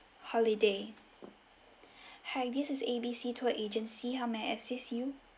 holiday hi this is A B C tour agency how may I assist you